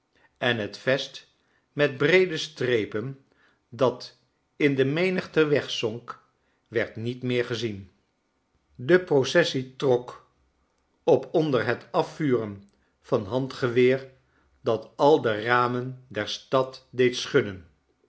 en het vest met breede strepen dat in de menigte wegzonk werd niet meer gezien de processie trok op onder het afvuren van handgeweer dat al de ramen der stad deed schudden